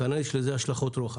- כנראה יש לזה השלכות רוחב.